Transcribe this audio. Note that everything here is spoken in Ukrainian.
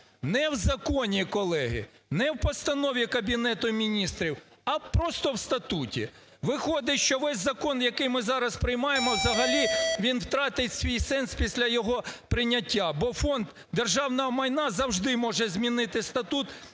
Не в законі, колеги, не в постанові Кабінету Міністрів, а просто в статуті. Виходить, що весь закон, який ми зараз приймаємо, взагалі він втратить свій сенс після його прийняття, бо Фонд державного майна завжди може змінити статут,